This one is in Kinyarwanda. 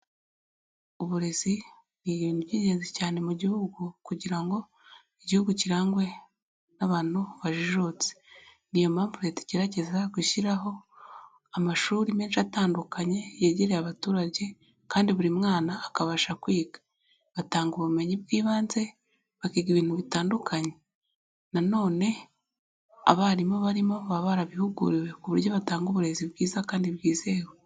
Uburezi ni ibintuy'ingenzi cyane mu gihugu, kugira ngo igihugu kirangwe n'abantu bajijutse, niyo mpamvu Leta igerageza gushyiraho amashuri menshi atandukanye yegereye abaturage kandi buri mwana akabasha kwiga, batanga ubumenyi bw'ibanze, bakiga ibintu bitandukanye, nano abarimu barimo baba barabihuguriwe ku buryo batanga uburezi bwiza kandi bwizewe.